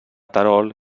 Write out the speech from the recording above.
terol